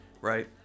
right